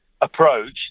approach